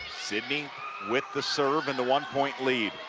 sidney with the serve and the one-point lead.